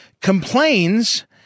complains